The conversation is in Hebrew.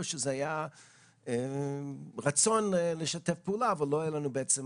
או שזה היה איזשהו רצון לשתף פעולה ולא היה לנו בעצם